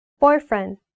Boyfriend